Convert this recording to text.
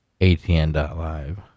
ATN.Live